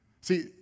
See